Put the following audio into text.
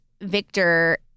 Victor